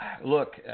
look